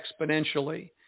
exponentially